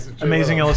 amazing